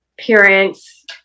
Parents